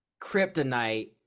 kryptonite